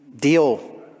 deal